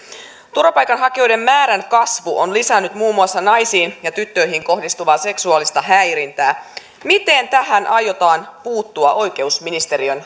turvapaikanhakijoiden määrän kasvu on lisännyt muun muassa naisiin ja tyttöihin kohdistuvaa seksuaalista häirintää miten tähän aiotaan puuttua oikeusministeriön